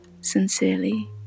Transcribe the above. Sincerely